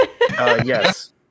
Yes